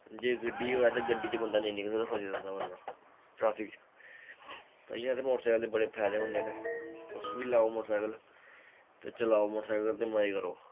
जे गड्डी होऐ ते गड्डी च बंदा नेईं निकलदे ते फसे दा रौंह्दा बंदा ट्रैफिक च ते इयां ते मोटरसैकल दे बड़े फायदे होंदे न तुस बी लैओ मोटरसैकल ते चलाओ मोटरसैकल ते मज़े करो